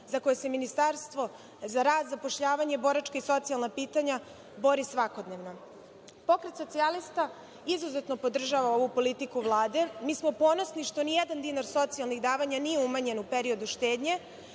za koje se Ministarstvo za rad, zapošljavanje i boračka i socijalna pitanja bori svakodnevno. Pokret socijalista izuzetno podržava ovu politiku Vlade. Mi smo ponosni što ni jedan dinar socijalnih davanja nije umanjen u periodu štednje,